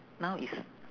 now it's